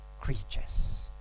creatures